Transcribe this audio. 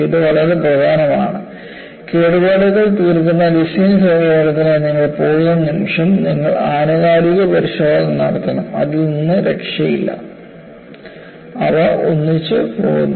ഇത് വളരെ പ്രധാനമാണ് കേടുപാടുകൾ തീർക്കുന്ന ഡിസൈൻ സമീപനത്തിനായി നിങ്ങൾ പോകുന്ന നിമിഷം നിങ്ങൾ ആനുകാലിക പരിശോധന നടത്തണം അതിൽ നിന്ന് രക്ഷയില്ല അവ ഒന്നിച്ച് പോകുന്നു